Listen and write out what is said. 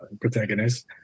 protagonist